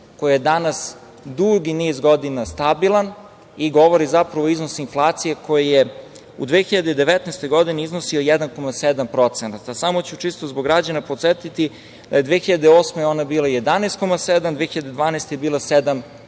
koji je danas dugi niz godina stabilan i govori zapravo iznos inflacije koji je u 2019. godini iznosio 1,7%. Samo ću čisto zbog građana podsetiti da je 2008. godine ona bila 11,7% a 2012. godine je